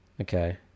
okay